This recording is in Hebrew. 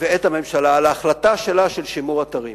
ואת הממשלה על החלטתה על שימור אתרים.